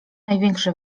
największe